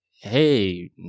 hey